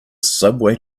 subway